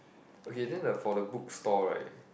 okay then the for the book store right